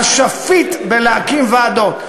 אשפית בלהקים ועדות.